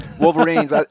Wolverines